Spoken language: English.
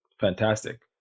fantastic